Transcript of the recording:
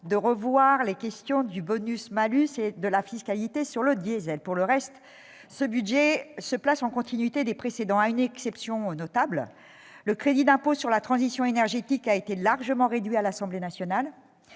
de revoir les questions du bonus-malus et de la fiscalité sur le diesel. Pour le reste, ce budget se situe dans la continuité des précédents, à une exception notable. Le crédit d'impôt pour la transition énergétique a été largement réduit à l'Assemblée nationale.